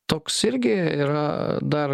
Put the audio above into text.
toks irgi yra dar